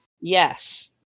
Yes